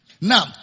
Now